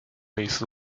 类似